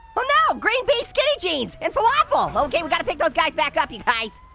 oh no, green bean skinny jeans and falafel. okay, we gotta pick those guys back up you guys.